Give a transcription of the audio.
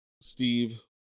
Steve